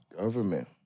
Government